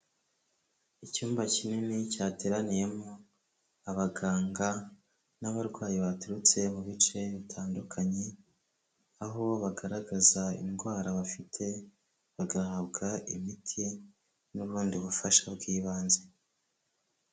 Icyumba kinini cyateraniyemo abaganga n'abarwayi baturutse mu bice bitandukanye, aho bagaragaza indwara bafite bagahabwa imiti n'ubundi bufasha bw'ibanze.